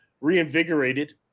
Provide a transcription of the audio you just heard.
reinvigorated